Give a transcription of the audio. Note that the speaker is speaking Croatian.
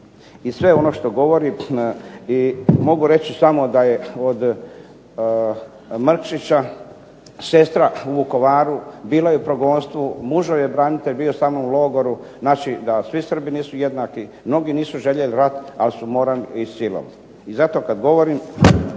i sve ono što govorim i mogu reći samo da je od Mrkšića sestra u Vukovaru bila je u progonstvu, muž joj je branitelj bio sa mnom u logoru. Znači, da svi Srbi nisu jednaki, mnogi nisu željeli rat, ali su morali ići silom. I zato kad govorim,